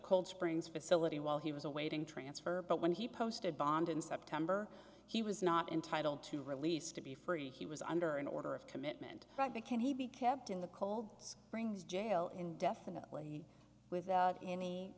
cold springs facility while he was awaiting transfer but when he posted bond in september he was not entitled to release to be free he was under an order of commitment but became he be kept in the cold brings jail indefinitely without any